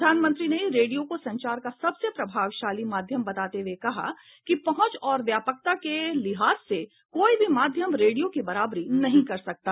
प्रधानमंत्री ने रेडियो को संचार का सबसे प्रभावशाली माध्यम बताते हुए कहा कि पहुंच और व्यापकता के लिहाज से कोई भी माध्यम रेडियो की बराबरी नहीं कर सकता